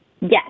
Yes